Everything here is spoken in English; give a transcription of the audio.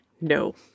No